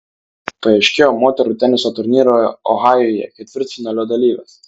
paaiškėjo moterų teniso turnyro ohajuje ketvirtfinalio dalyvės